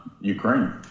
Ukraine